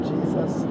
Jesus